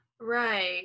Right